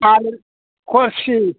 आरो गरसि